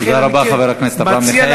לכן אני כן, תודה רבה, חבר הכנסת אברהם מיכאלי.